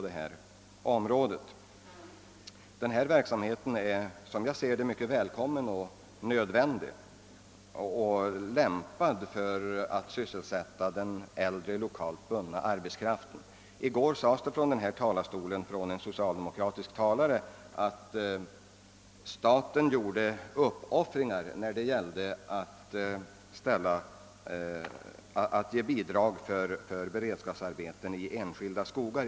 Denna verksamhet är mycket välkommen; den är nödvändig och väl lämpad för att sysselsätta den äldre, lokalt bundna arbetskraften. I går sade en socialdemokratisk talare från denna talarstol att staten gjorde uppoffringar genom att lämna bidrag till beredskapsarbeten i enskilda skogar.